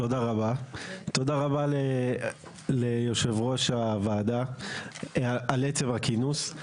תודה רבה ליושב ראש הוועדה על עצם הכינוס,